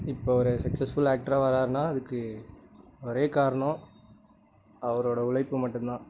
இப்போ ஒரு சக்சஸ்ஃபுல் ஆக்டராக வராருனால் அதுக்கு ஒரே காரணம் அவரோட உழைப்பு மட்டுந்தான்